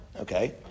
okay